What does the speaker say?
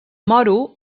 moro